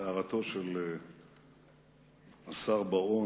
להערתו של השר בר-און,